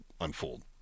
unfold